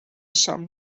sum